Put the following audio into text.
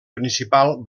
principal